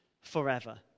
forever